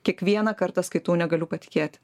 kiekvieną kartą skaitau negaliu patikėti